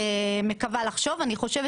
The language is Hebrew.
אני חושבת